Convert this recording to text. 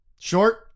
Short